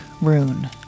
Rune